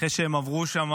אחרי שהן עברו שם